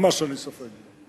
ממש אין לי ספק בה.